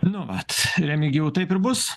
nu vat remigijau taip ir bus